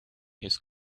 his